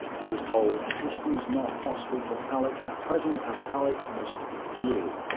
he was told assistance not possible from alec at present as alec must refuel.